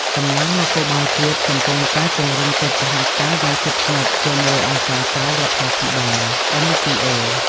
កម្លាំងនគរបាលជាតិ កំពុងតែពង្រឹងកិច្ចសហការយ៉ាងជិតស្និទ្ធជាមួយអង្គការក្រៅរដ្ឋាភិបាល (NGO)។